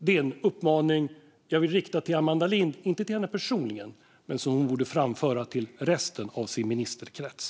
Det är en uppmaning jag också vill rikta till Amanda Lind - inte till henne personligen, men hon borde framföra den till resten av sin ministerkrets.